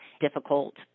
difficult